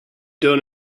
down